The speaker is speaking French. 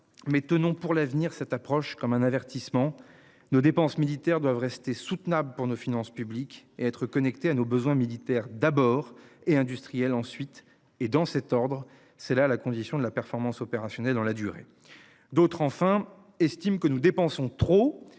mais tenons pour l'avenir. Cette approche comme un avertissement. Nos dépenses militaires doivent rester soutenables pour nos finances publiques et être connecté à nos besoins militaires d'abord et industriels ensuite et dans cet ordre, c'est la la condition de la performance opérationnelle dans la durée. D'autres enfin estiment que nous dépensons trop,